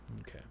Okay